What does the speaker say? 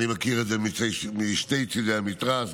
אני מכיר את זה משני צידי המתרס,